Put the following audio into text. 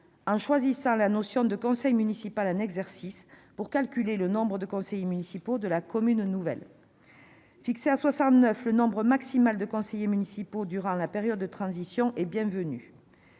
en choisissant la notion de conseil municipal en exercice pour calculer le nombre de conseillers municipaux de la commune nouvelle. Fixer à 69 le nombre maximal de conseillers municipaux durant la période de transition est bienvenu.